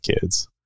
kids